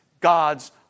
God's